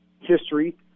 history